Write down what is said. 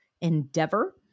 endeavor